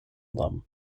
them